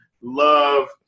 love